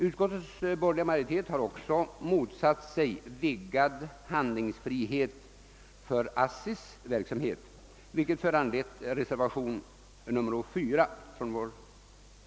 Utskottets borgerliga majoritet har också motsatt sig vidgad handlingsfrihet för ASSI:s verksamhet, vilket föranlett reservationen 4.